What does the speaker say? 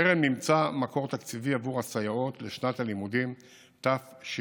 טרם נמצא מקור תקציבי עבור הסייעות לשנת הלימודים תש"ף.